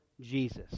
jesus